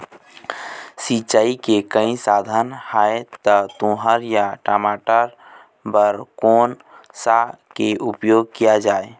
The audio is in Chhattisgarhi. सिचाई के कई साधन आहे ता तुंहर या टमाटर बार कोन सा के उपयोग किए जाए?